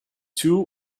two